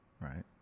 right